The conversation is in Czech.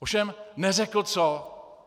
Ovšem neřekl co.